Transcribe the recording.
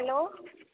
hello